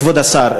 כבוד השר,